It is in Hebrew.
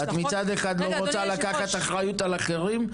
את מצד אחד לא רוצה לקחת אחריות על אחרים.